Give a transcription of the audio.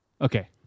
Okay